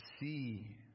see